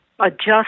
adjust